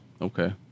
okay